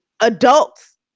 adults